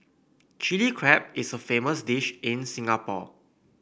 Chilli Crab is a famous dish in Singapore